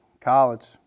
College